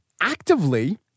actively